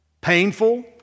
painful